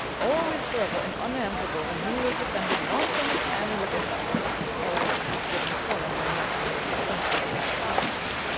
always clever and unanswerable when he was defending nonsense and wickedness always awkward and sullen when he had to behave sensibly and decently!